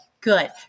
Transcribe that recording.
good